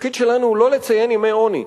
התפקיד שלנו הוא לא לציין ימי עוני.